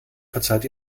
verzeiht